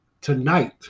tonight